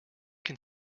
can